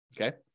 Okay